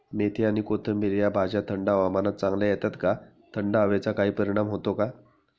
मेथी आणि कोथिंबिर या भाज्या थंड हवामानात चांगल्या येतात का? थंड हवेचा काही परिणाम होतो का?